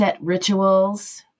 rituals